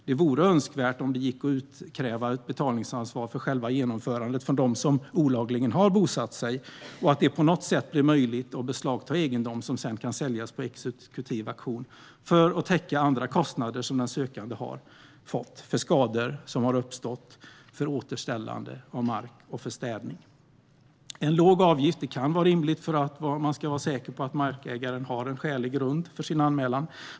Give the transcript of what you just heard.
Det vore önskvärt att kunna utkräva ett betalningsansvar för själva genomförandet från dem som olagligen har bosatt sig och att på något sätt göra det möjligt att beslagta egendom som sedan kan säljas på exekutiv auktion för att täcka andra kostnader som den sökande har fått för skador som har uppstått, återställande av mark och städning. En låg avgift kan vara rimlig för att man ska vara säker på att markägaren har en skälig grund för sin anmälan.